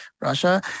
Russia